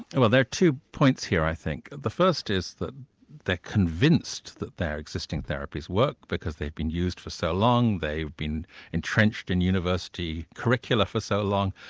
and well there are two points here i think. the first is that they're convinced that their existing therapies work because they've been used for so long, they've been entrenched in university curricula for so long.